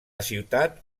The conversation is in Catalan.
ciutat